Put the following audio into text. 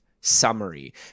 summary